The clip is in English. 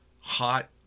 hot